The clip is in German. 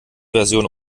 version